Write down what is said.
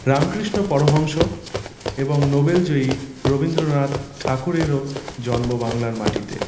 রামকৃষ্ণ পরমহংস এবং নোবেলজয়ী রবীন্দ্রনাথ ঠাকুরেরও জন্ম বাংলার মাটিতে